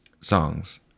songs